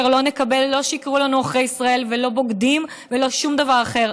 לא נקבל לא שיקראו לנו עוכרי ישראל ולא בוגדים ולא שום דבר אחר.